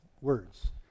words